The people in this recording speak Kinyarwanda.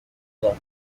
myaka